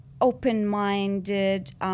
open-minded